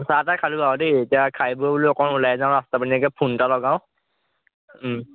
চাহ টাহ খালোঁ আৰু দেই এতিয়া খাই বই বোলো অকণ ওলাই যাওঁ ৰাস্তা পিনে ফোন এটা লগাওঁ